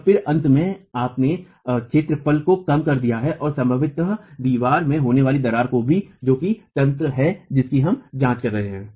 और फिर अंत में आपने क्षेत्रफल को कम कर दिया है और संभवतः दीवार में होने वाली दरार को भी जो कि तंत्र है जिसकी हम जांच रहे हैं